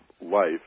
life